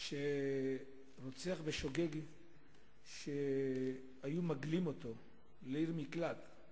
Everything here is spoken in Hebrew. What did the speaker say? היו מגלים רוצח בשוגג לעיר מקלט.